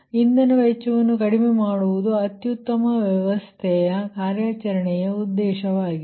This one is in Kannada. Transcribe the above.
ಆದ್ದರಿಂದ ಇಂಧನ ವೆಚ್ಚವನ್ನು ಕಡಿಮೆ ಮಾಡುವುದು ಅತ್ಯುತ್ತಮ ವ್ಯವಸ್ಥೆಯ ಕಾರ್ಯಾಚರಣೆಯ ಉದ್ದೇಶವಾಗಿದೆ